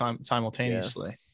simultaneously